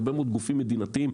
הרבה מאוד גופים מדינתיים,